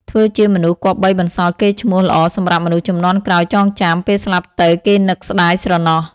ធ្វើជាមនុស្សគប្បីបន្សល់កេរ្តិ៍ឈ្មោះល្អសម្រាប់មនុស្សជំនាន់ក្រោយចងចាំ ពេលស្លាប់ទៅគេនឹកស្តាយស្រណោះ ។